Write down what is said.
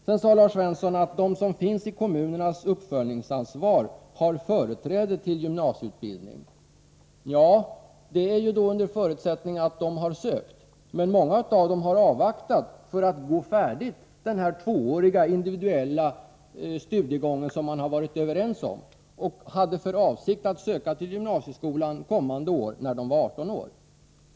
Vidare sade Lars Svensson att de som ingår under kommunernas uppföljningsansvar har företräde till gymnasieutbildning. Ja, det är under förutsättning att de har sökt. Men många av dem har avvaktat, för att gå färdigt den tvååriga individuella studiegången — som man har varit överens om -— och de hade för avsikt att söka till gymnasieskolan kommande år, när de är 18 år.